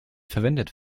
verwendet